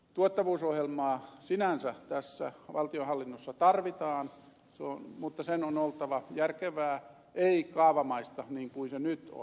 tuottavuusohjelmaa sinänsä tässä valtionhallinnossa tarvitaan mutta sen on oltava järkevää ei kaavamaista niin kuin se nyt on